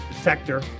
sector